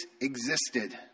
existed